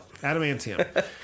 Adamantium